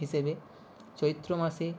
হিসেবে চৈত্র মাসে